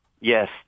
yes